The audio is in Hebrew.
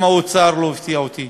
גם האוצר לא הפתיע אותי,